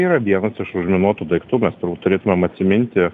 yra vienas iš užminuotų daiktų mes turbūt turėtumėm atsiminti